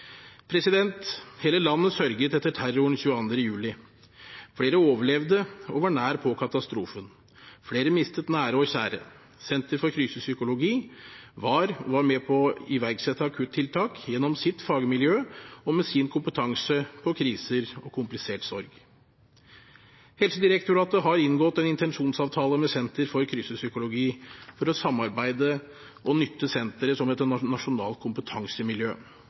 Hele landet sørget etter terroren 22. juli. Flere overlevde og var nær på katastrofen, flere mistet nære og kjære. Senter for Krisepsykologi var med på å iverksette akuttiltak gjennom sitt fagmiljø og med sin kompetanse på kriser og komplisert sorg. Helsedirektoratet har inngått en intensjonsavtale med Senter for Krisepsykologi for å samarbeide og nytte senteret som et nasjonalt kompetansemiljø.